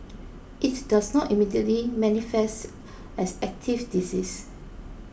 it does not immediately manifest as active disease